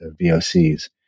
VOCs